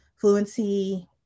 fluency